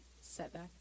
setback